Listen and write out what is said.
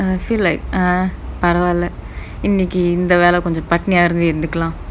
I feel like ah பரவா இல்ல இன்னக்கி இந்த வேல கொஞ்சம் பட்னியாவே இருந்துக்கலாம்:paravaa illa innakki intha vela konjam patniyavae irunthukalaam